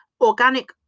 organic